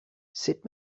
sut